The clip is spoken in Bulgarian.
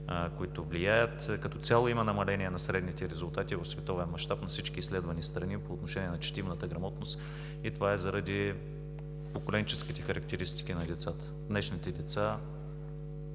които влияят. Като цяло има намаление на средните резултати в световен мащаб на всички изследвани страни по отношение на четивната грамотност и това е заради поколенческите характеристики на децата. Днешните деца